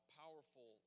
powerful